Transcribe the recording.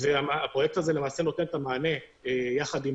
והפרויקט הזה נותן את המענה יחד עם